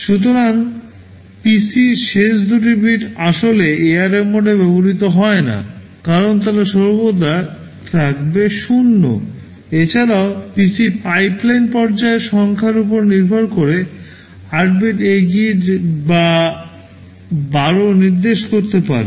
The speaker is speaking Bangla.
সুতরাং PCর শেষ দুটি বিটগুলি আসলে ARM মোডে ব্যবহৃত হয় না কারণ তারা সর্বদা থাকবে ০ এছাড়াও PC পাইপলাইন পর্যায়ের সংখ্যার উপর নির্ভর করে 8 byte এগিয়ে বা 12 নির্দেশ করতে পারে